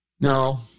No